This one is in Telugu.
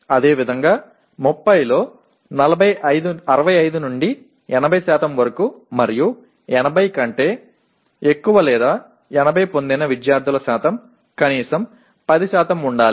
అదేవిధంగా 30 లో 65 నుండి 80 వరకు మరియు 80 కంటే ఎక్కువ లేదా 80 పొందిన విద్యార్థుల శాతం కనీసం 10 ఉండాలి